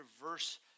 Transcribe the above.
verse